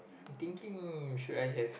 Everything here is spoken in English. I'm thinking should I have